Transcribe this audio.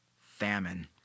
Famine